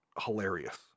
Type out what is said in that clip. Hilarious